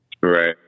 Right